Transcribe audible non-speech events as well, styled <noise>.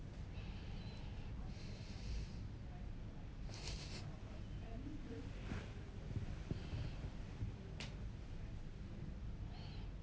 <breath>